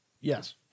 Yes